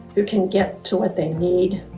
who can get to what they need,